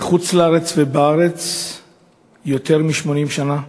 בחוץ-לארץ ובארץ יותר מ-80 שנה.